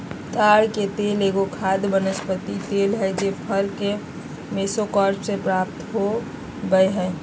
ताड़ के तेल एगो खाद्य वनस्पति तेल हइ जे फल के मेसोकार्प से प्राप्त हो बैय हइ